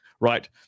right